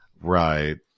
Right